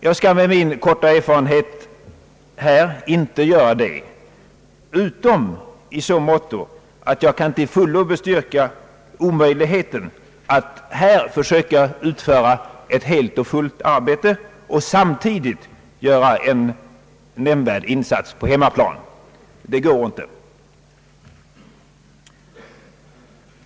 Jag skall med min korta erfarenhet här inte göra det utom i så måtto, att jag kan till fullo bestyrka omöjligheten att här försöka göra ett helt och fullt arbete och samtidigt göra en nämnvärd insats på hemmaplan.